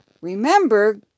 Remember